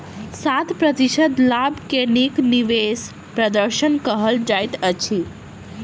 सात प्रतिशत लाभ के नीक निवेश प्रदर्शन कहल जाइत अछि